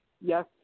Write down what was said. Yes